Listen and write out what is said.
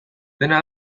dena